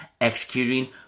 executing